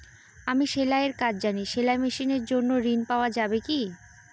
আমি সেলাই এর কাজ জানি সেলাই মেশিনের জন্য ঋণ পাওয়া যাবে কি?